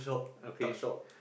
okay